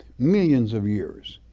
millions of years.